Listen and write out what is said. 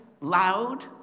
loud